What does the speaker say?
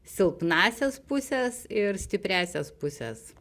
silpnąsias puses ir stipriąsias puses